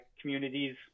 communities